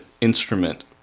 instrument